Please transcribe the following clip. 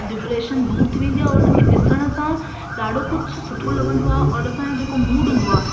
depression दूरि थी वेंदी आहे और उन खे ॾिसण सां ॾाढो कुझु सुठो लॻंदो आहे और असांजो जेको मूड हूंदो आहे